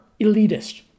elitist